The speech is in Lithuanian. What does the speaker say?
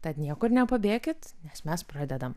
tad niekur nepabėkit nes mes pradedam